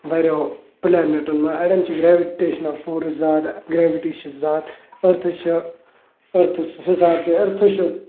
واریاہو پٕلٮینیٚٹَن مَنٛز اَڑیٚن چھِ گرٛیوِٹیشنَل فورٕس زیادٕ گریوِٹی چھِ زیادٕ أرتھَس چھِ أرتھَس حِصاب چھِ أرتھَس چھِ